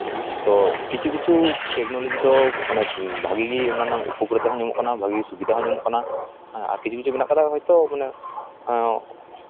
ᱛᱚ ᱠᱤᱪᱷᱩ ᱠᱤᱪᱷᱩ ᱴᱮᱠᱱᱳᱞᱚᱡᱤ ᱫᱚ ᱵᱷᱟᱜᱮ ᱚᱱᱟ ᱨᱮᱱᱟᱝ ᱩᱯᱚᱠᱟᱨᱤᱛᱟ ᱦᱚᱸ ᱧᱟᱢᱚᱜ ᱠᱟᱱᱟ ᱵᱷᱟᱹᱜᱮ ᱥᱩᱵᱤᱫᱷᱟ ᱦᱚᱸ ᱧᱟᱢᱚᱜ ᱠᱟᱱᱟ ᱟᱨ ᱠᱤᱪᱷᱩ ᱠᱤᱪᱷᱩ ᱢᱮᱱᱟᱜ ᱠᱟᱫᱟ ᱢᱟᱱᱮ